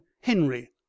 henry